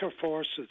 forces